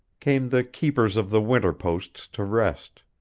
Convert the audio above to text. came the keepers of the winter posts to rest,